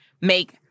make